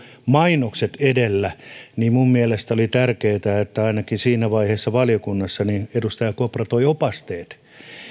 mainokset edellä niin minun mielestäni oli tärkeätä että ainakin siinä vaiheessa valiokunnassa edustaja kopra toi opasteet